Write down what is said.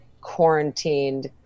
quarantined